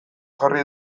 jarri